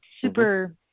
Super